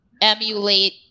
emulate